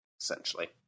essentially